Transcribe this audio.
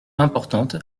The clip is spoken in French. importante